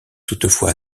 toutefois